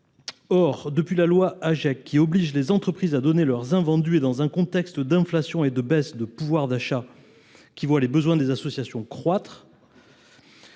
dite loi Agec, qui oblige les entreprises à donner leurs invendus, et dans un contexte d’inflation et de baisse du pouvoir d’achat qui voit croître les besoins des associations,